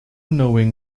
knowing